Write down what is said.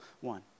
one